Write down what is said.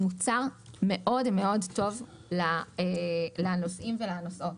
הוא מוצר מאוד מאוד טוב לנוסעים ולנוסעות.